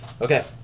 Okay